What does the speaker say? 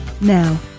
Now